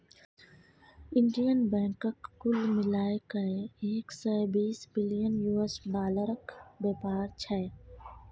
Indian बैंकक कुल मिला कए एक सय बीस बिलियन यु.एस डालरक बेपार छै